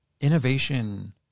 innovation